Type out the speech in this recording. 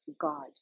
God